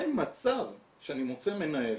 אין מצב שאני מוצא מנהל